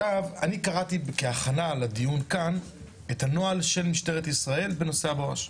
אני קראתי כהכנה לדיון כאן את הנוהל של משטרת ישראל בנושא ה"בואש".